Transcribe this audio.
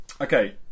okay